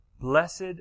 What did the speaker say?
blessed